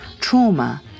Trauma